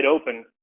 open